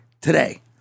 today